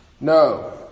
No